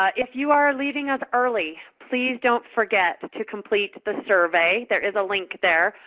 ah if you are leaving us early, please don't forget to complete the survey. there is a link there.